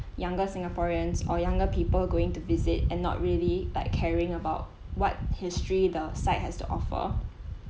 younger singaporeans or younger people going to visit and not really like caring about what history the site has to offer